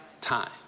time